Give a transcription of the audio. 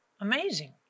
Amazing